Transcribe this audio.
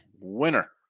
Winner